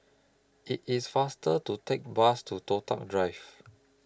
IT IS faster to Take Bus to Toh Tuck Drive